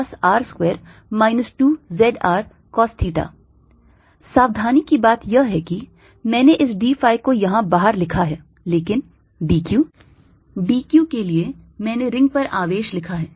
dSR2dcosθdϕ dV14π0R2dcosθdϕz2R2 2zRcosθ सावधानी की बात यह है कि मैंने इस d phi को यहाँ बाहर लिखा है लेकिन d q d q के लिए मैंने रिंग पर आवेश लिखा है